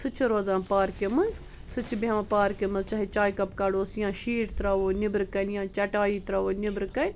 سُہ تہِ چھُ روزان پارکہِ منٛز سُہ تہِ چھُ بیٚہوان پارکہِ منٛز چاہے چاے کپ کڑوس یا شیٖٹ تراوو نٮ۪برٕ کٔنۍ یا چٹایی تراوو نٮ۪برٕ کٔنۍ